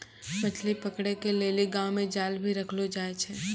मछली पकड़े के लेली गांव मे जाल भी रखलो जाए छै